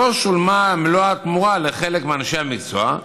לא שולמה מלוא התמורה לחלק מאנשי המקצוע,